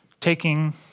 taking